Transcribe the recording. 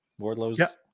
Wardlow's